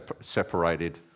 separated